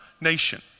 nation